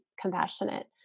compassionate